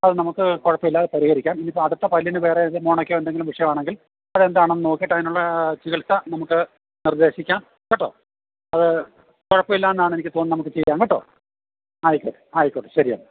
അത് നമുക്ക് കുഴപ്പമില്ലാതെ പരിഹരിക്കാം ഇത് ഇപ്പം അടുത്ത പല്ലിന് വേറെ മോണക്കോ എന്തെങ്കിലും വിഷയമാണെങ്കിൽ അതെന്താണെന്ന് നോക്കിയിട്ട് അതിനുള്ള ചികിത്സ നമുക്ക് നിർദ്ദേശിക്കാം കേട്ടോ ഹ് അത് കുഴപ്പമില്ലാന്നാണ് എനിക്ക് തോന്നുന്നത് നമുക്ക് ചെയ്യാം കേട്ടോ ആയിക്കോട്ടെ ആയിക്കോട്ടെ ശരി എന്നാൽ